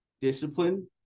discipline